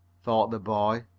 thought the boy.